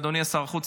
אדוני שר החוץ,